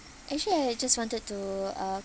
actually I just wanted to uh